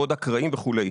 מאוד אקראיים וכולי.